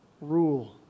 rule